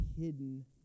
hidden